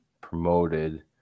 promoted